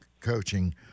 coaching